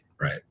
right